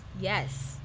Yes